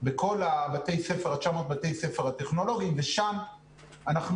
בכל 900 בתי הספר הטכנולוגיים ושם אנחנו